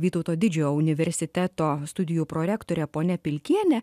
vytauto didžiojo universiteto studijų prorektore ponia pilkiene